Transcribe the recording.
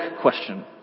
question